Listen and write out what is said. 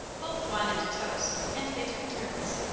both wanted to toast, and they took turns.